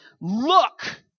look